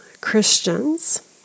Christians